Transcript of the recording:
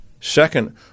Second